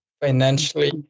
financially